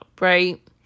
right